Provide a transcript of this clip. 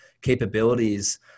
capabilities